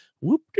whoop